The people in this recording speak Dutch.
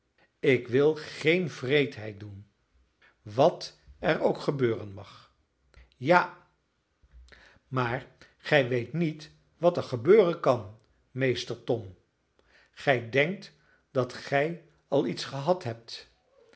ik wil geen wreedheid doen wat er ook gebeuren mag ja maar gij weet niet wat er gebeuren kan meester tom gij denkt dat gij al iets gehad hebt